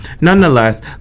nonetheless